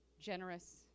generous